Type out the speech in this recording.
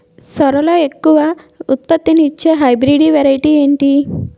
సోరలో ఎక్కువ ఉత్పత్తిని ఇచే హైబ్రిడ్ వెరైటీ ఏంటి?